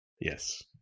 Yes